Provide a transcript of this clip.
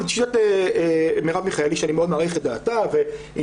פי שיטת מרב מיכאלי שאני מאוד מעריך את דעתה ועניינה,